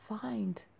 find